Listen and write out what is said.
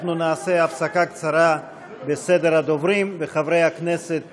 אנחנו נעשה הפסקה קצרה בסדר הדוברים, וחברי הכנסת